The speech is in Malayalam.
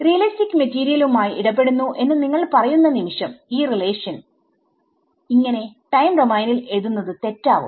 റിയലിസ്റ്റിക് മെറ്റീരിയലുമായി ഇടപെടുന്നു എന്ന് നിങ്ങൾ പറയുന്ന നിമിഷം ഈ റിലേഷൻ ടൈം ഡോമൈനിൽ എഴുതുന്നത് തെറ്റാവും